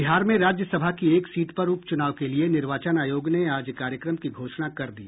बिहार में राज्यसभा की एक सीट पर उप चूनाव के लिये निर्वाचन आयोग ने आज कार्यक्रम की घोषणा कर दी